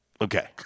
Okay